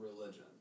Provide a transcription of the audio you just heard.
religion